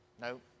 No